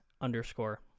underscore